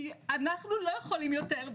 כי אנחנו לא יכולים יותר,